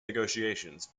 negotiations